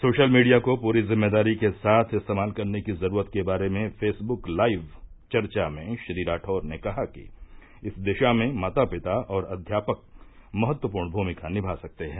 social media को पूरी जिम्मेदारी के साथ इस्तेमाल करने की जरूरत के बारे में फेसबुक लाइव चर्चा में श्री राठौड़ ने कहा कि इस दिशा में माता पिता और अध्यापक महत्वपूर्ण भूमिका निभा सकते हैं